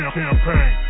campaign